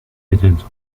president